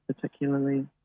particularly